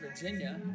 Virginia